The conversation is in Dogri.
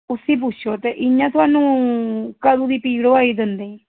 उस्सी पुच्छो ते इ'यां थुहान्नूं कदूं दी पीड़ होआ दी दंदें ई